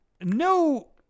No